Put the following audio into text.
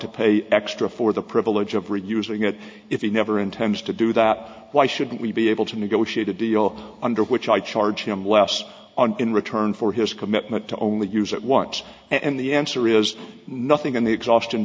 to pay extra for the privilege of reusing it if he never intends to do that why should we be able to negotiate a deal under which i charge him less on in return for his commitment to only use it once and the answer is nothing in the exhaustion